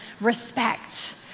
respect